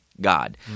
God